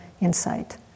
insight